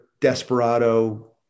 desperado